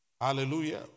Hallelujah